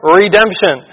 redemption